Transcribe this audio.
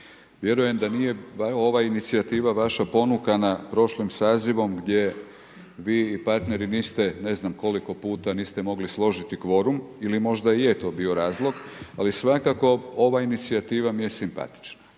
Vjerujem da je ova inicijativa vaša ponukana prošlim sazivom gdje vi i partneri niste ne znam koliko puta niste mogli složiti kvorum ili možda i je to bio razlog ali svakako ova inicijativa mi je simpatična.